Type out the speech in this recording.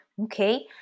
Okay